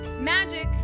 Magic